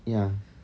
ya